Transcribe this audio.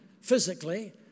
physically